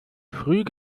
früh